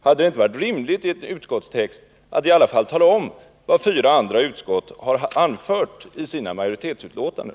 Hade det inte varit rimligt att i utskottstexten i alla fall tala om vad fyra andra utskott har anfört i sina majoritetsutlåtanden?